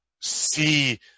see